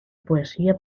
poesía